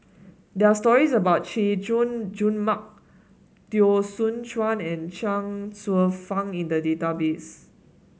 there are stories about Chay Jung Jun Mark Teo Soon Chuan and Chuang Hsueh Fang in the database